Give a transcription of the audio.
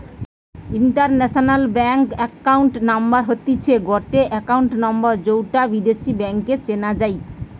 international bank account number হতিছে গটে account number যৌটা বিদেশী ব্যাংকে চেনা যাই